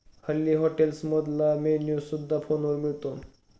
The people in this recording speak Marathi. हल्ली हॉटेल्समधला मेन्यू सुद्धा फोनवर मिळतो